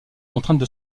contrainte